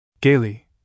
Gaily